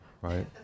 right